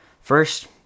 First